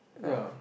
ya